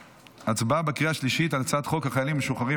הצבעה בקריאה השלישית על הצעת חוק החיילים המשוחררים